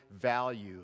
value